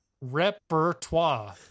repertoire